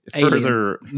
further